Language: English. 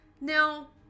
Now